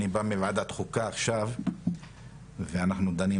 אני בא עכשיו מוועדת החוקה ואנחנו דנים